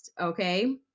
okay